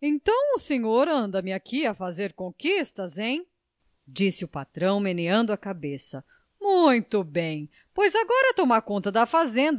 então o senhor anda me aqui a fazer conquistas hein disse o patrão meneando a cabeça muito bem pois agora é tomar conta da fazenda